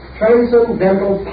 transcendental